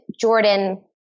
Jordan